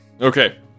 Okay